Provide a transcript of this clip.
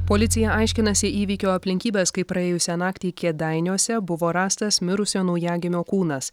policija aiškinasi įvykio aplinkybes kai praėjusią naktį kėdainiuose buvo rastas mirusio naujagimio kūnas